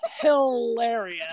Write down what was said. hilarious